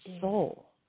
soul